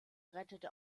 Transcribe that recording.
rettete